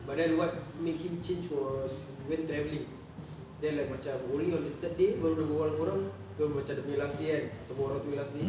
but then what make him change was he went travelling then like macam only on the third day baru dia berbual dengan orang terus macam dia punya last day kan ataupun orang tu last day